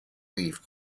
leave